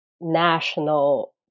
national